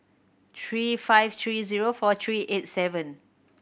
three five three zero four three eight seven